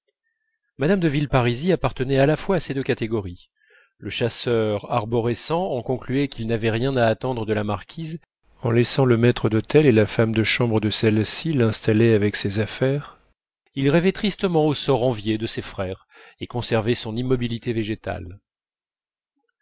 mme de villeparisis appartenait à la fois à deux de ces catégories le chasseur arborescent en concluait qu'il n'avait rien à attendre de la marquise en laissant le maître d'hôtel et la femme de chambre de celle-ci l'installer avec ses affaires il rêvait tristement au sort envié de ses frères et conservait son immobilité végétale